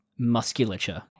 musculature